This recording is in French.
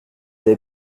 avez